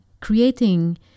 creating